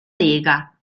lega